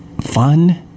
fun